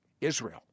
Israel